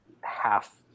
half